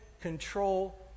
control